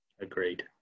Agreed